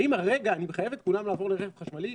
האם הרגע אני מחייב את כולם לעבור לרכב חשמלי,